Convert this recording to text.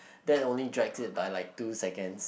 that only drag it like like two second